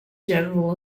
general